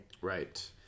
Right